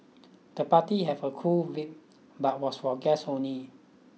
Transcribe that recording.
the party have a cool but was for guests only